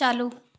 चालू